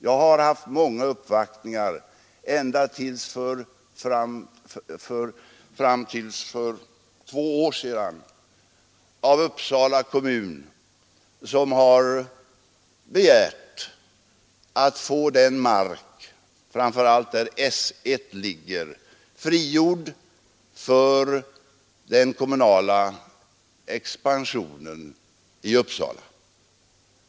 Ända till för två år sedan har jag haft många uppvaktningar av representanter för Uppsala kommun som har begärt att få den mark där framför allt S 1 ligger frigjord för den kommunala expansionen i Uppsala.